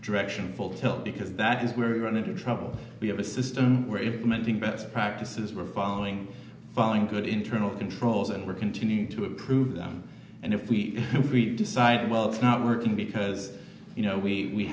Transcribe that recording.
direction full tilt because that is where we run into trouble we have a system where implementing best practices we're following following good internal controls and we're continuing to improve them and if we decide well it's not working because you know we